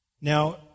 Now